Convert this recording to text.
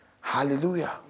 Hallelujah